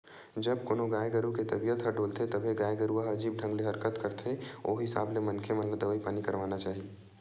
जब कोनो गाय गरु के तबीयत ह डोलथे तभे गाय गरुवा ह अजीब ढंग ले हरकत करथे ओ हिसाब ले मनखे मन ल दवई पानी करवाना चाही